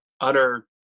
utter